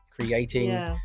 creating